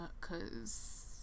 Cause